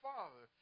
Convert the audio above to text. Father